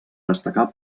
destacar